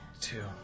Two